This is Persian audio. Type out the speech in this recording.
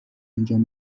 انجام